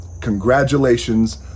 congratulations